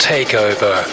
Takeover